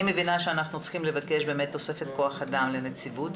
אני מבינה שאנחנו צריכים לבקש תוספת כוח אדם לנציבות